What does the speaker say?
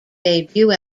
debut